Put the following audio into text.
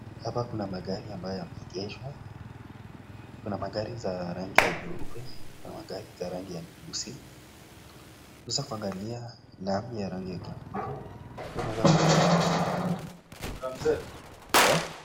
Hapa kuna magari ambayo yameegeshwa, kuna magari za rangi ya jeupe, kuna magari za rangi ya jeusi, ximeweza kuangalia lahabu ya rangi ya kijani,